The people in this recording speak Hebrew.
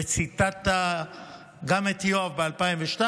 ציטטת גם את יואב ב-2002,